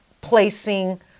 placing